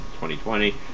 2020